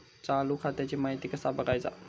चालू खात्याची माहिती कसा बगायचा?